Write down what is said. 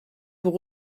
pour